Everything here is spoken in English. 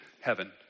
heaven